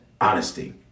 honesty